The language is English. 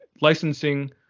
licensing